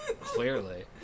Clearly